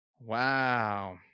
wow